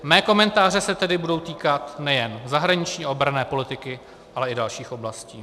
Mé komentáře se tedy budou týkat nejen zahraniční a obranné politiky, ale i dalších oblastí.